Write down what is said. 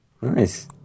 Nice